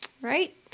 right